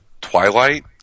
Twilight